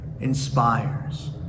inspires